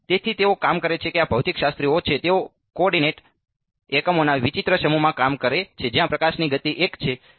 હા તેથી તેઓ કામ કરે છે આ ભૌતિકશાસ્ત્રીઓ છે તેઓ કો ઓર્ડિનેટ એકમોના વિચિત્ર સમૂહમાં કામ કરે છે જ્યાં પ્રકાશની ગતિ 1 છે